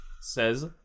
says